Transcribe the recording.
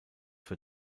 für